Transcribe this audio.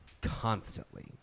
constantly